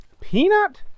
peanut